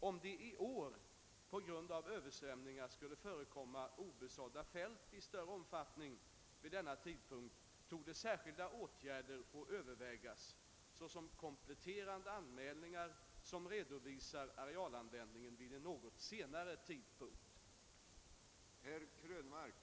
Om det i år på grund av översvämningar skulle förekomma obesådda fält i större omfattning vid denna tidpunkt torde särskilda åtgärder få övervägas såsom <:kompletterande anmälningar som redovisar arealanvändningen vid en något senare tidpunkt.